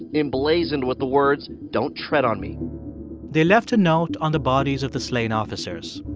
emblazoned with the words don't tread on me they left a note on the bodies of the slain officers.